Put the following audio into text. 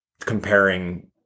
comparing